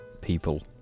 people